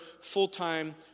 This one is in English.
full-time